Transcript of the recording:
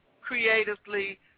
creatively